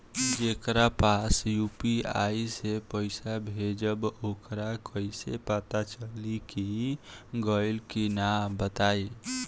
जेकरा पास यू.पी.आई से पईसा भेजब वोकरा कईसे पता चली कि गइल की ना बताई?